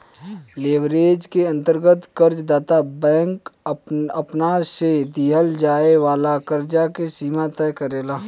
leverage के अंतर्गत कर्ज दाता बैंक आपना से दीहल जाए वाला कर्ज के सीमा तय करेला